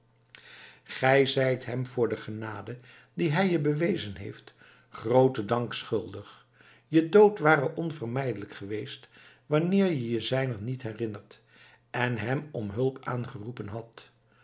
gij zijt hem voor de genade die hij je bewezen heeft grooten dank schuldig je dood ware onvermijdelijk geweest wanneer je je zijner niet herinnerd en hem om hulp aangeroepen hadt